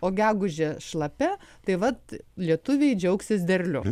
o gegužė šlapia tai vat lietuviai džiaugsis derliu